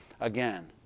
again